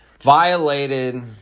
violated